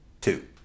two